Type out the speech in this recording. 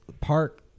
park